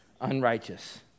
Unrighteous